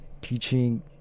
teaching